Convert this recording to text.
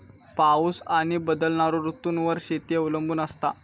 पाऊस आणि बदलणारो ऋतूंवर शेती अवलंबून असता